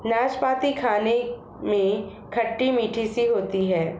नाशपती खाने में खट्टी मिट्ठी सी होती है